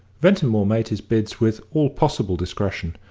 ventimore made his bids with all possible discretion,